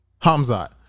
hamzat